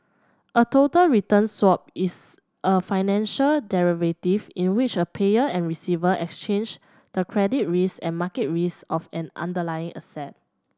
a total return swap is a financial derivative in which a payer and receiver exchange the credit risk and market risk of an underlying asset